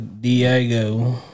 Diego